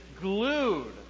glued